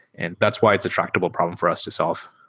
and that's why it's a tractable problem for us to solve.